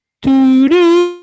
Do-do